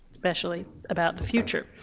especially about the future.